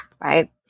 right